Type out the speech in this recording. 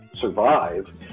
survive